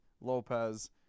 Lopez